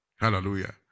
Hallelujah